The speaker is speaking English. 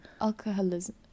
Alcoholism